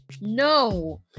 No